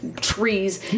trees